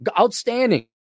Outstanding